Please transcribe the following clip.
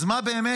אז מה באמת